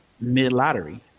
mid-lottery